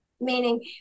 meaning